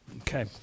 Okay